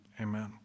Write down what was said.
Amen